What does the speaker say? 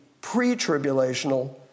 pre-tribulational